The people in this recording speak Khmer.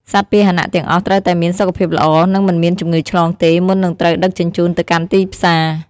សត្វពាហនៈទាំងអស់ត្រូវតែមាន សុខភាពល្អ និងមិនមានជំងឺឆ្លងទេ មុននឹងត្រូវដឹកជញ្ជូនទៅកាន់ទីផ្សារ។